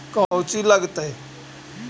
कौची लगतय?